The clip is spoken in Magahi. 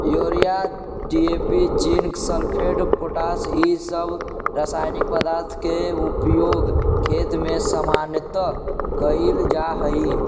urea, DAP, zinc sulphate, potash इ सब रसायनिक पदार्थ के उपयोग खेत में सामान्यतः कईल जा हई